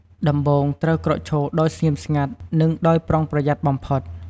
ដំបូងត្រូវក្រោកឈរដោយស្ងៀមស្ងាត់ និងដោយប្រុងប្រយ័ត្នបំផុត។